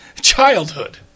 Childhood